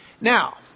Now